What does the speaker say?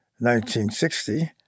1960